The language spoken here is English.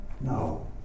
No